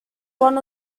one